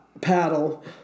paddle